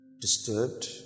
disturbed